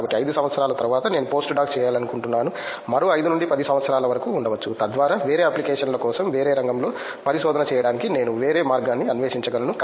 కాబట్టి 5 సంవత్సరాల తరువాత నేను పోస్ట్ డాక్ చేయాలనుకుంటున్నాను మరో 5 నుండి 10 సంవత్సరాల వరకు ఉండవచ్చు తద్వారా వేరే అప్లికేషన్ల కోసం వేరే రంగంలో పరిశోధన చేయడానికి నేను వేరే మార్గాన్ని అన్వేషించగలను